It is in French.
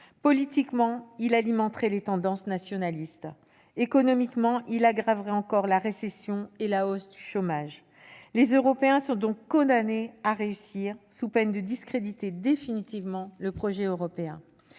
politiquement, il alimenterait les tendances nationalistes ; économiquement, il aggraverait encore la récession et la hausse du chômage. Les Européens sont donc condamnés à réussir, sous peine de discréditer définitivement le projet européen.